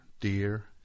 dear